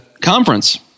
conference